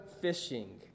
fishing